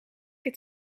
het